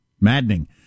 Maddening